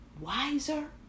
wiser